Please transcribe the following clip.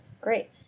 Great